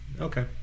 Okay